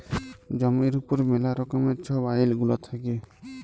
জমির উপর ম্যালা রকমের ছব আইল গুলা থ্যাকে